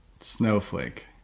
Snowflake